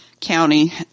County